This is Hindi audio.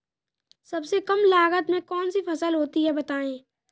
सबसे कम लागत में कौन सी फसल होती है बताएँ?